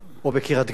או בקריית-גת.